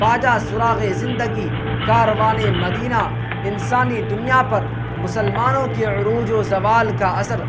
پا جا سراغِ زندگی کاروان مدینہ انسانی دنیا پر مسلمانوں کے عروج و زوال کا اثر